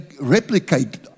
replicate